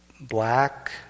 black